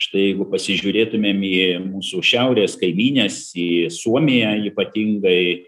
štai jeigu pasižiūrėtumėm į mūsų šiaurės kaimynes į suomiją ypatingai